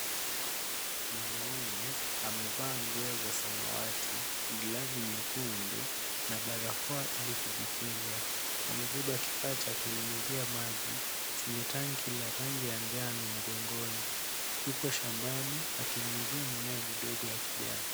Mwanaume amevaa nguo za samawati, glavu nyekundu, na barakoa ili kujikinga. Amebeba kifaa cha kunyunyizia chenye tanki ya rangi ya njano mgongoni. Yupo shambani akinyunyuzia mimea midogo ya kijani.